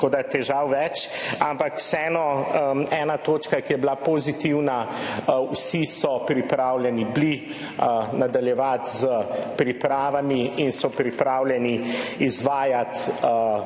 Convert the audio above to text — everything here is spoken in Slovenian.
težav je več. Ampak vseeno ena točka, ki je bila pozitivna – vsi so bili pripravljeni nadaljevati s pripravami in so pripravljeni izvajati